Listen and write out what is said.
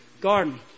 garden